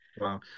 Wow